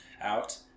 out